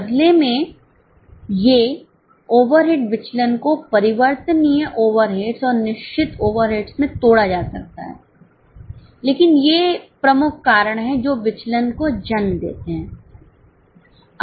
बदले में ये ओवरहेड विचलन को परिवर्तनीय ओवरहेड्स और निश्चित ओवरहेड्स में तोड़ा जा सकता है लेकिन ये प्रमुख कारण हैं जो विचलन को जन्म देते हैं